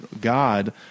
God